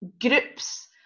groups